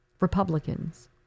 Republicans